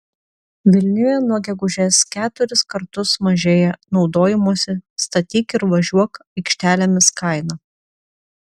vilniuje nuo gegužės keturis kartus mažėja naudojimosi statyk ir važiuok aikštelėmis kaina